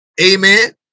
Amen